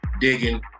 digging